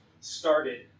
started